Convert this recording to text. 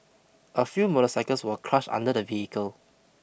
a few motorcycles were crushed under the vehicle